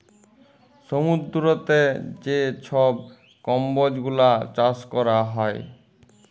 সমুদ্দুরেতে যে ছব কম্বজ গুলা চাষ ক্যরা হ্যয়